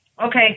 okay